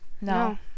No